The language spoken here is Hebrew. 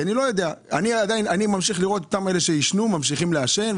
כי אני ממשיך לראות את אלה שממשיכים לעשן,